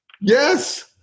Yes